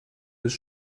bis